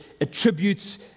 attributes